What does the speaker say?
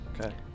Okay